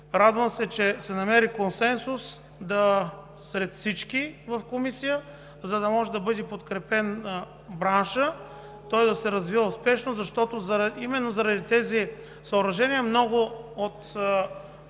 Радвам се, че се намери консенсус сред всички в Комисията, за да бъде подкрепен браншът, да се развива успешно, защото именно заради тези съоръжения много